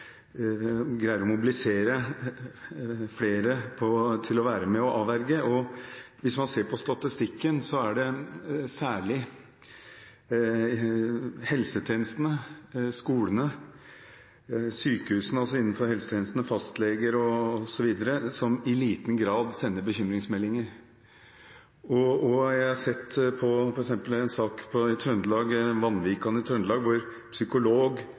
greier å mobilisere flere til å være med og avverge. Hvis man ser på statistikken, er det særlig helsetjenestene, skolene, sykehusene – altså innenfor helsetjenestene fastleger osv. – som i liten grad sender bekymringsmeldinger. Jeg har f.eks. sett på en sak i Vanvikan i Trøndelag, hvor det kom opp under rettssaken at psykolog,